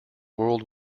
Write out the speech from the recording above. world